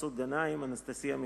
מסעוד גנאים ואנסטסיה מיכאלי.